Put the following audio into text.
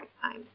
time